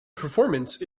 performance